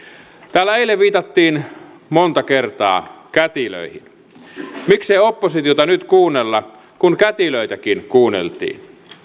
täällä eilen viitattiin monta kertaa kätilöihin miksei oppositiota nyt kuunnella kun kätilöitäkin kuunneltiin